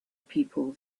people